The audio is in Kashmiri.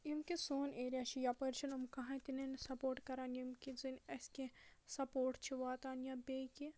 ییٚمہِ کہِ سون ایریا چھُ یِپٲرۍ چھُ نہٕ کٕہٕنۍ تہِ نِنہٕ سَپوٹ کران ییٚمہِ کہِ اَسہِ کینٛہہ سَپوٹ چھُ واتان یا بیٚیہِ کینٛہہ